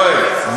יואל,